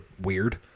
weird